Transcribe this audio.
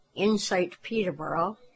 insightpeterborough